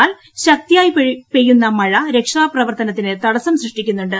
എന്നാൽ ശക്തിയായി പെയ്യുന്ന മഴ രക്ഷാപ്രവർത്തനത്തിന് സൃഷ്ടിക്കുന്നുണ്ട്